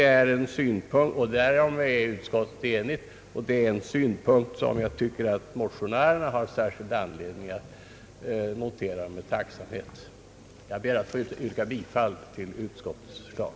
Därom är utskottet enigt, och det är en synpunkt som jag tycker att motionärerna har särskild anledning att notera med tacksamhet. Jag ber att få yrka bifall till utskottets förslag.